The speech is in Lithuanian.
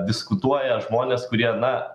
diskutuoja žmonės kurie na